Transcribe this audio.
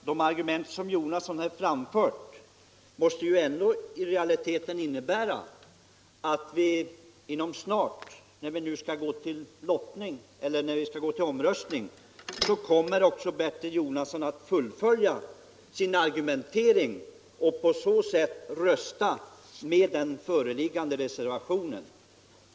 Herr talman! I realiteten måste de argument som herr Bertil Jonasson här framfört leda till att han — när vi nu inom kort skall gå till omröstning i anslagsfrågan — röstar med den föreliggande reservationen.